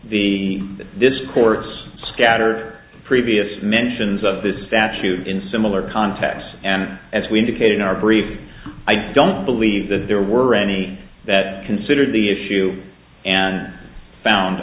the discourse scattered previous mentions of this statute in similar contexts and as we indicated in our brief i don't believe that there were any that considered the issue and found